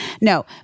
no